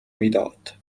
میداد